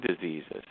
diseases